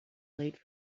late